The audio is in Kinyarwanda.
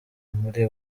muri